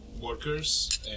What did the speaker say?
workers